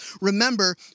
Remember